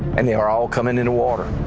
and they were all coming in the water.